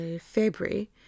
February